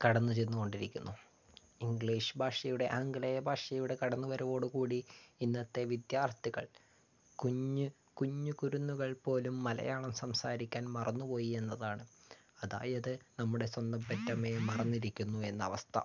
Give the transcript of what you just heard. കടന്നു ചെന്നുകൊണ്ടിരിക്കുന്നു ഇംഗ്ലീഷ് ഭാഷയുടെ ആംഗലേയ ഭാഷയുടെ കടന്നു വരവോട് കൂടി ഇന്നത്തെ വിദ്യാർത്ഥികൾ കുഞ്ഞ് കുഞ്ഞു കുരുന്നുകൾ പോലും മലയാളം സംസാരിക്കാൻ മറന്നുപോയി എന്നതാണ് അതായത് നമ്മുടെ സ്വന്തം പെറ്റമ്മയെ മറന്നിരിക്കുന്നു എന്ന അവസ്ഥ